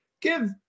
give